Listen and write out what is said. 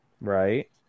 right